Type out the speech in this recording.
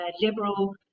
liberal